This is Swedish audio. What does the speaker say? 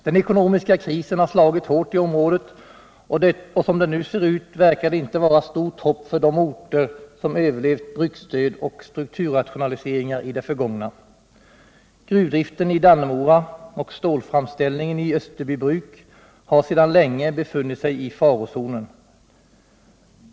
Den ekonomiska krisen har slagit hårt i området, och som det nu ser ut verkar det inte vara stort hopp för de orter som överlevt bruksdöd och strukturrationa 101 liseringar i det förgångna. Gruvdriften i Dannemora och stålframställningen i Österbybruk har sedan länge befunnit sig i farozonen.